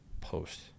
post